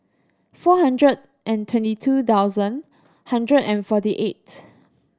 four hundred and twenty two thousand hundred and forty eight